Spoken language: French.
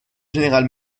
général